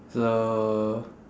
so